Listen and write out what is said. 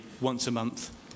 once-a-month